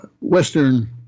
Western